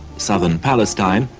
southern palestine,